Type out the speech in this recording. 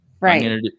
right